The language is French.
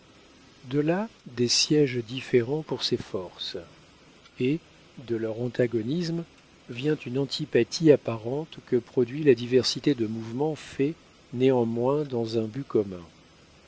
de là des siéges différents pour ces forces et de leur antagonisme vient une antipathie apparente que produit la diversité de mouvements faits néanmoins dans un but commun